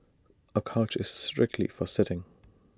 A couch is strictly for sitting